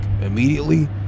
immediately